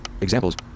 examples